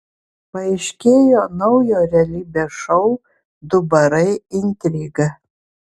paaiškėjo naujo realybės šou du barai intriga